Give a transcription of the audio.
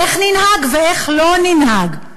איך ננהג ואיך לא ננהג.